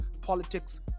politics